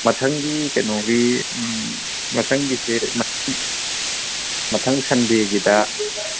ꯃꯊꯪꯒꯤ ꯀꯩꯅꯣꯒꯤ ꯃꯊꯪꯒꯤꯁꯦ ꯃꯊꯪ ꯃꯊꯪ ꯁꯟꯗꯦꯒꯤꯗ